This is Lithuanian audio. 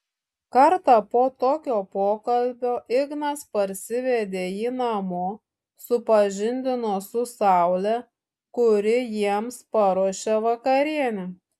kartą po tokio pokalbio ignas parsivedė jį namo supažindino su saule kuri jiems paruošė vakarienę